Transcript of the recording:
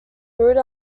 grew